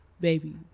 baby